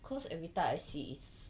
cause every time I see is